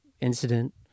incident